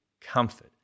comfort